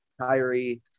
Kyrie